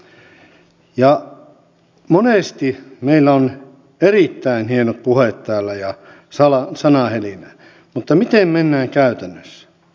ja monesti meillä on erittäin hienot puheet täällä ja sanahelinää mutta miten mennään käytännössä